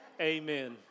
amen